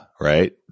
right